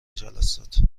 جلسات